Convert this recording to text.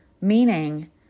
Meaning